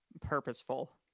purposeful